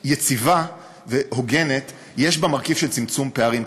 יציבה והוגנת יש בה מרכיב של צמצום פערים,